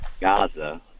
Gaza